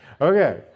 Okay